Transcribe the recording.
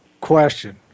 question